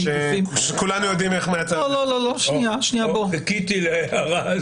גופים --- שכולנו יודעים איך --- חיכיתי להערה הזו.